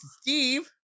Steve